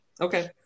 Okay